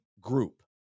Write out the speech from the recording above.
group